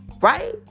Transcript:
right